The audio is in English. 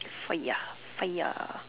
fire fire